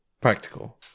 practical